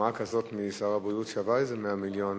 מחמאה כזאת משר הבריאות שווה איזה 100 מיליון,